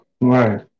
Right